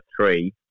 three